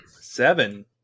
Seven